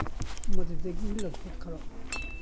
ꯃꯗꯨꯗꯒꯤ ꯂꯧꯊꯣꯛꯈꯔꯣ